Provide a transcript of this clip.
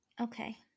Okay